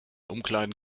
umkleiden